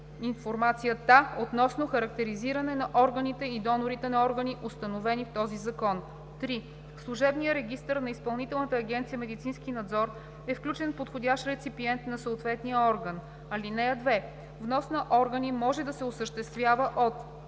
в служебния регистър на Изпълнителна агенция „Медицински надзор“ е включен подходящ реципиент на съответния орган. (2) Внос на органи може да се осъществява от: